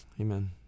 Amen